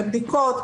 לבדיקות,